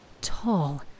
Tall